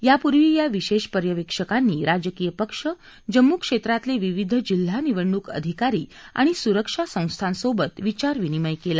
यापूर्वी या विशेष पर्यवेक्षकांनी राजकीय पक्ष जम्मू क्षेत्रातले विविध जिल्हा निवडणूक अधिकारी आणि सुरक्षा संस्थांसोबत विचारविनिमय केला